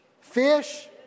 fish